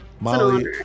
molly